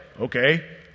Okay